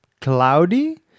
cloudy